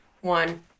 one